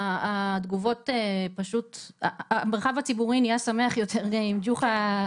התגובות והמרחב הציבורי נהיה שמח יותר עם ג'וחא,